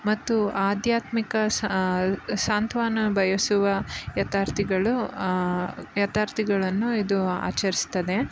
ಮತ್ತು ಆಧ್ಯಾತ್ಮಿಕ ಸಾಂತ್ವನ ಬಯಸುವ ಯಾತ್ರಾರ್ಥಿಗಳು ಯಾತ್ರಾರ್ಥಿಗಳನ್ನು ಇದು ಆಚರಿಸ್ತದೆ